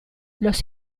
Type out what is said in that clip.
los